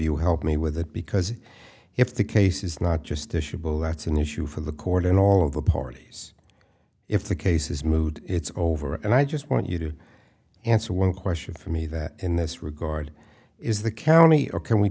you help me with it because if the case is not just issue both that's an issue for the court and all of the parties if the case is moot it's over and i just want you to answer one question for me that in this regard is the county or can we